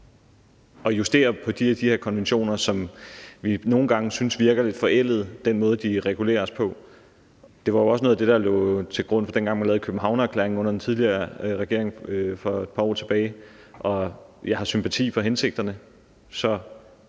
at justere på de her konventioner, som vi nogle gange synes virker lidt forældede i den måde, de reguleres på. Det var jo også noget af det, der lå til grund, dengang man lavede Københavnererklæringen under den tidligere regering for et par år tilbage. Jeg har sympati for hensigterne,